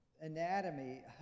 anatomy